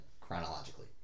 chronologically